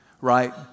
right